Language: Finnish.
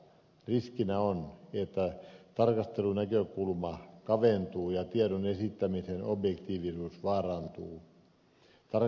riskinä on että tarkastelunäkökulma kaventuu ja tiedon esittämisen objektiivisuus vaarantuu